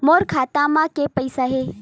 मोर खाता म के पईसा हे?